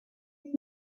here